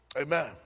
Amen